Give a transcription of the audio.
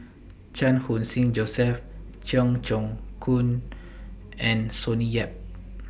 Chan Khun Sing Joseph Cheong Choong Kong and Sonny Yap